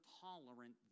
tolerant